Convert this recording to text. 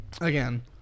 Again